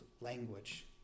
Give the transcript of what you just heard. language